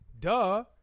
duh